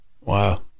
wow